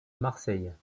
marseille